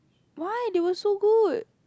why they were so good